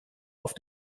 auf